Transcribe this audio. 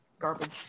Garbage